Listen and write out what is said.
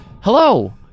Hello